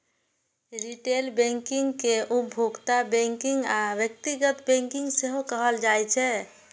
retail banking कें उपभोक्ता banking या व्यक्तिगत बैंकिंग सेहो कहल जाइ छै